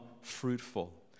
fruitful